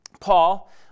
Paul